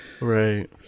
Right